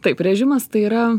taip režimas tai yra